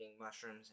mushrooms